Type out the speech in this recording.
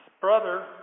brother